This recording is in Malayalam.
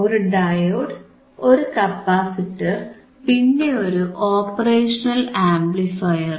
ഒരു ഡയോഡ് ഒരു കപ്പാസിറ്റർ പിന്നെയൊരു ഓപ്പറേഷണൽ ആംപ്ലിഫയറും